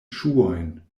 ŝuojn